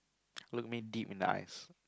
look me deep in the eyes